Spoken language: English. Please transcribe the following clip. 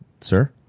sir